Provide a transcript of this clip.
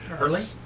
Early